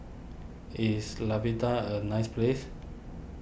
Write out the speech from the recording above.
is a nice place